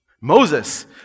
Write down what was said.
Moses